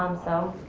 um so,